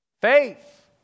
Faith